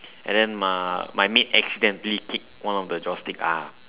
and then m~ my maid accidentally kick one of the joss stick ah